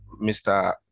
Mr